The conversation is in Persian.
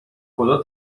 خدا